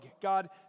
God